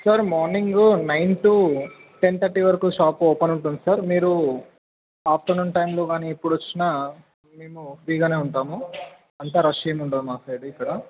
sir morning nine to ten thirty వరకు shop open ఉంటుంది sir మీరు ఆఫ్టర్నూన్ టైంలో గానీ ఎప్పుడు వచ్చినా మేము ఫ్రీగానే ఉంటాము అంతా రష్ ఏం ఉండదు మా సైడ్ ఇక్కడ